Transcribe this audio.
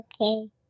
Okay